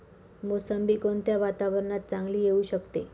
मोसंबी कोणत्या वातावरणात चांगली येऊ शकते?